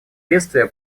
бедствия